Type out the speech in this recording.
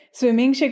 swimming